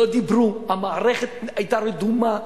לא דיברו, המערכת היתה רדומה.